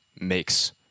makes